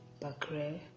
Bakre